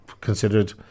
considered